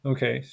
Okay